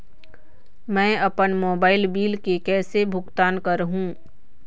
मैं अपन mobile bill के कैसे भुगतान कर हूं?